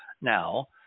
now